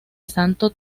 santo